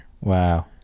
Wow